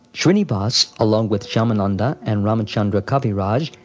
shrinivas, along with shyamananda and ramchandra kaviraj,